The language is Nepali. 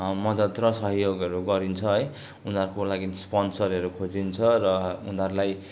मदत र सहयोगहरू गरिन्छ है उनीहरूको लागि स्पोन्सरहरू खोजिन्छ र उनीहरूलाई